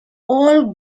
all